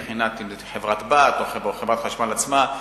מהבחינה של אם זו חברה-בת או חברת חשמל עצמה,